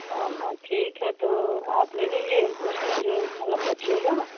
हाँ हाँ ठीक है तो आप ले लीजिए उसमें जो मतलब बचेगा